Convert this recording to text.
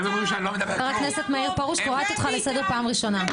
חבר הכנסת פרוש, קוראת אותך לסדר פעם ראשונה.